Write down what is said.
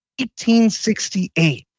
1868